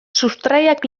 sustraiak